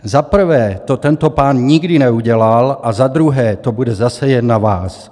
Za prvé to tento pán nikdy neudělal a za druhé to bude zase jen na vás.